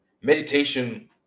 Meditation